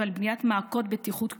ועל בניית מעקות בטיחות כפולים.